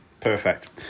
Perfect